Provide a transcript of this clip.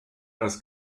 als